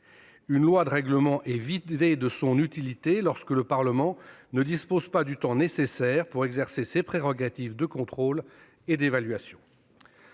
Une loi de règlement est vidée de son utilité lorsque le Parlement ne dispose pas du temps nécessaire pour exercer ses prérogatives de contrôle et d'évaluation.